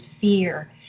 fear